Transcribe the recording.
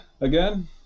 again